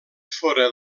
fóra